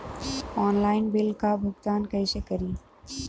Online bill क भुगतान कईसे करी?